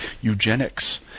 eugenics